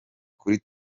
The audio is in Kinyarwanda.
kuri